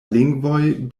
lingvoj